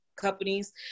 companies